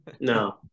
No